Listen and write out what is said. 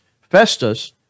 Festus